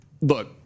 look